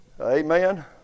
Amen